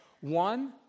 One